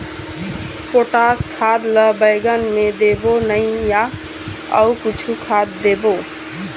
Potash खाद ला बैंगन मे देबो नई या अऊ कुछू खाद देबो?